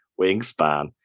wingspan